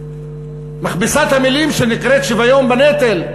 מכבסת המילים שנקראת שוויון בנטל,